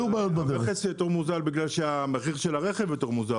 תכלס זה יותר מוזל בגלל שהמחיר של הרכב יותר מוזל,